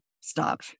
stop